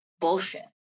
bullshit